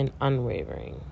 unwavering